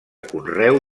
conreu